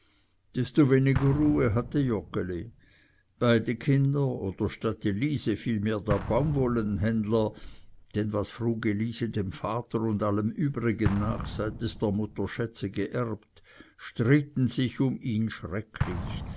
desto weniger ruhe hatte joggeli beide kinder oder statt elisi vielmehr der baumwollenhändler denn was frug elisi dem vater und allem übrigen nach seit es der mutter schätze geerbt stritten sich um ihn schrecklich